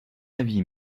avis